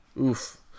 Oof